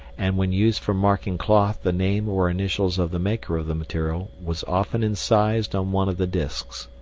and when used for marking cloth the name or initials of the maker of the material was often incised on one of the discs.